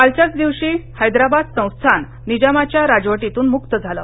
कालच्याच दिवशी हैदराबाद संस्थान निजामाच्या राजवटीतून मुक्त झालं